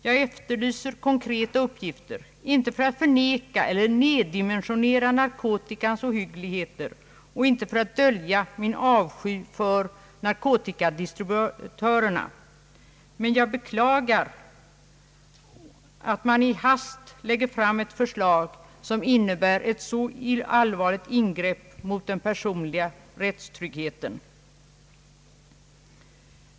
Jag efterlyser konkreta uppgifter inte för att förneka eller nedvärdera narkotikans ohyggligheter och inte för att dölja min avsky för narkotikadistributörerna. Men jag beklagar att man i hast lägger fram ett förslag som innebär ett så allvarligt ingrepp i den personliga rättstryggheten.